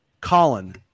Colin